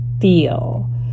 feel